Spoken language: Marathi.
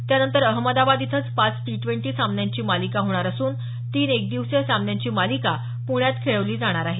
त्यानंतर अहमदाबाद इथंच पाच टी ड्वेंटी सामन्यांची मालिका होणार असून तीन एकदिवसीय सामन्यांची मालिका प्ण्यात खेळवली जाणार आहे